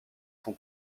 son